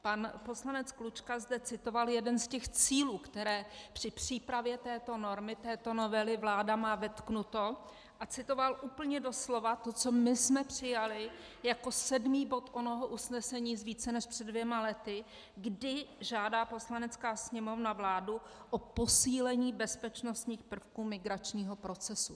Pan poslanec Klučka zde citoval jeden z těch cílů, které při přípravě této normy, této novely, vláda má vetknuty, a citoval úplně doslova to, co my jsme přijali jako sedmý bod onoho usnesení před více před dvěma lety, kdy žádá Poslanecká sněmovna vládu o posílení bezpečnostních prvků migračního procesu.